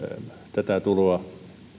tätä tuloa